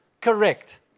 Correct